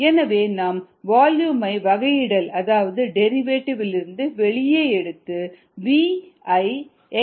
எனவே நாம் வால்யுமை வகையிடல் அதாவது டெரிவேட்டிவ் இலிருந்து வெளியே எடுத்து V ஐ xv இன் d dt ஆக மாற்றலாம்